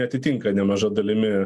atitinka nemaža dalimi